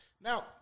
Now